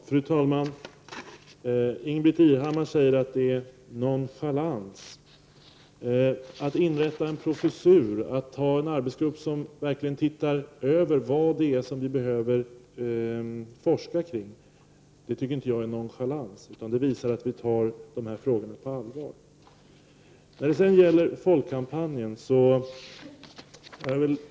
Fru talman! Ingbritt Irhammar säger att det är fråga om nonchalans från vår sida. Att inrätta en professur, att ha en arbetsgrupp som verkligen ser över vad det behövs forskning om, det tycker jag inte är nonchalans. Det visar tvärtom att vi tar dessa frågor på allvar. Sedan till frågan om en folkkampanj mot våld.